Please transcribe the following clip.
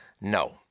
no